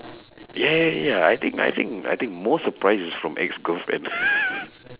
ya ya ya I think I think I think most surprise is from ex girlfriend